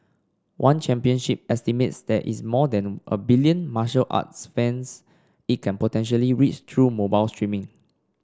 one championship estimates there is more than a billion martial arts fans it can potentially reach through mobile streaming